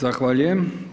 Zahvaljujem.